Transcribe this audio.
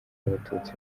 abatutsi